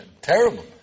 terrible